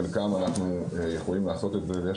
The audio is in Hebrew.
חלקם אנחנו יכולים לעשות את זה ויש